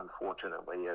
unfortunately